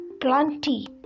plenty